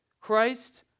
Christ